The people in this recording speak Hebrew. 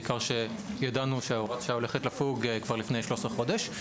בעיקר בגלל שידענו שהוראת השעה הולכת לפוג כבר לפני 13 חודשים.